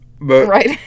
Right